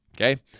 Okay